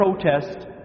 protest